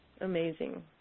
Amazing